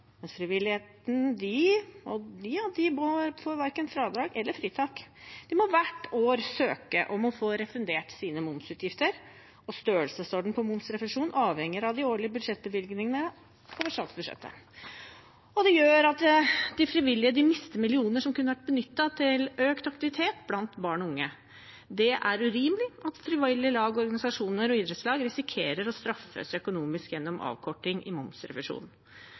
Frivilligheten får verken fradrag eller fritak. De må hvert år søke om å få refundert sine momsutgifter, og størrelsesordenen på momsrefusjonen avhenger av de årlige budsjettbevilgningene over statsbudsjettet. Det gjør at de frivillige mister millioner som kunne vært benyttet til økt aktivitet blant barn og unge. Det er urimelig at frivillige lag og organisasjoner og idrettslag risikerer å straffes økonomisk gjennom avkorting i